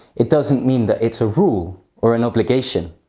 it doesn't mean that it's a rule or an obligation.